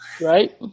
right